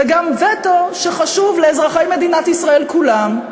וגם וטו שחשוב לאזרחי מדינת ישראל כולם,